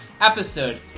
episode